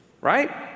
right